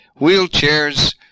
wheelchairs